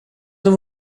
them